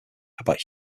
about